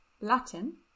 Latin